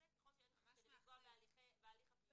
זה ככל שאין בזה בכדי לפגוע בהליך הפלילי.